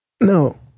No